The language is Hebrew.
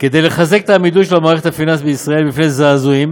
כדי לחזק את העמידות של המערכת הפיננסית בישראל בפני זעזועים